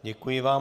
Děkuji vám.